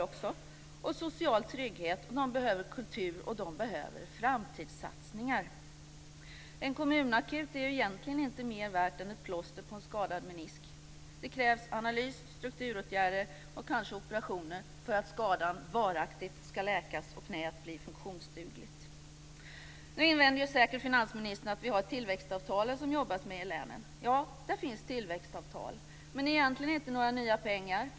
De behöver också social trygghet, kultur och framtidssatsningar. En kommunakut är egentligen inte mer värd än ett plåster på en skadad menisk. Det krävs analys, strukturåtgärder och kanske operationer för att skadan varaktigt ska läkas och knäet bli funktionsdugligt. Nu invänder säkert finansministern att vi har tillväxtavtal som det jobbas med i länen. Ja, det finns tillväxtavtal. Men det finns egentligen inte några nya pengar.